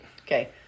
Okay